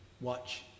watch